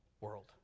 world